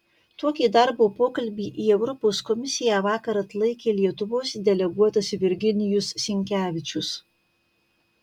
tokį darbo pokalbį į europos komisiją vakar atlaikė lietuvos deleguotas virginijus sinkevičius